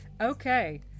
Okay